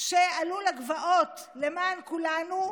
שעלו לגבעות למען כולנו,